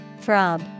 Throb